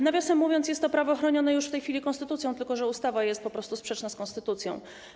Nawiasem mówiąc, jest to prawo chronione już w tej chwili konstytucją, tylko że ustawa jest po prostu sprzeczna z konstytucją.